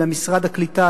למשרד הקליטה,